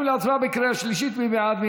מי בעד?